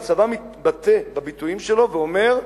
הצבא מתבטא בביטויים שלו ואומר: